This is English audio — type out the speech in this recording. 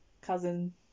cousin